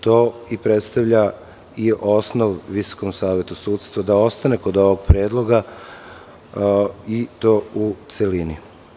To predstavlja i osnov Visokom savetu sudstva da ostane kod ovog predloga i to u celini.